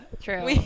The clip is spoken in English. true